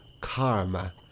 karma